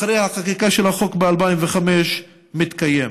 אחרי החקיקה של החוק ב-2005, יתקיים.